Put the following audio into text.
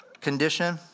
condition